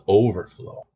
overflow